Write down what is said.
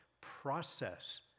process